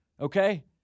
okay